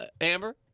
Amber